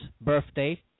birthday